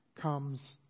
comes